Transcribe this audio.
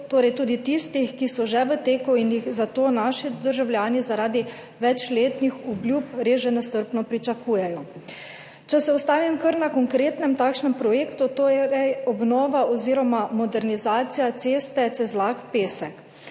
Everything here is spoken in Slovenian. torej tudi tistih, ki so že v teku in jih zato naši državljani zaradi večletnih obljub res že nestrpno pričakujejo. Če se ustavim kar na konkretnem takšnem projektu, to je obnova oziroma modernizacija ceste Cezlak–Pesek.